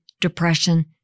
depression